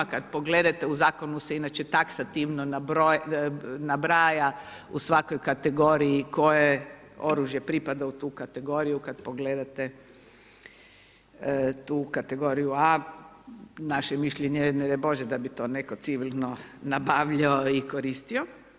Kada pogledate u zakonu se inače taksativno nabraja u svakoj kategoriji koje oružje pripada u tu kategoriju kada pogledate tu kategoriju A naše mišljenje je ne daj Bože da bi to netko civilno nabavljao i koristio.